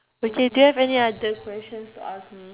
okay do you have any other question to ask me